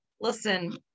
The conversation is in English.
listen